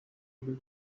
able